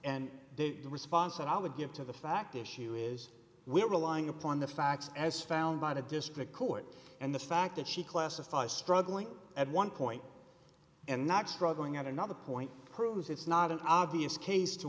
and the response i would give to the fact issue is we're relying upon the facts as found by the district court and the fact that she classifies struggling at one point and not struggling at another point proves it's not an obvious case to